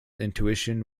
intuition